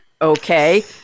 Okay